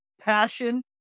passion